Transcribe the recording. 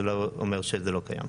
זה לא אומר שזה לא קיים.